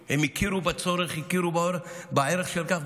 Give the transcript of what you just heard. הם הכירו בצורך ובערך של זה.